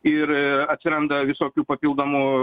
ir atsiranda visokių papildomų